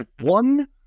One